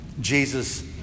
Jesus